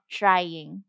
trying